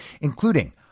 including